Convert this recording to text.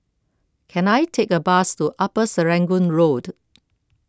can I take a bus to Upper Serangoon Road